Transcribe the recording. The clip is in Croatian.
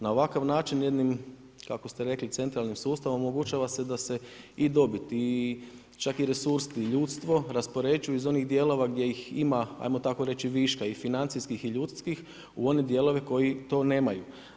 Na ovakav način jednim kako ste rekli, centralnim sustavom omogućava se da se i dobit i čak i resursi i ljudstvo raspoređuju iz onih dijelova gdje ih ima ajmo tako reći, viška i financijskih i ljudskih u one dijelove koji to nemaju.